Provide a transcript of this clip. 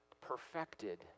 perfected